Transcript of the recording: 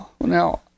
now